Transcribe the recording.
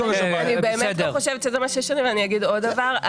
אני באמת לא חושבת שזה מה שישנה ואני אגיד עוד דבר.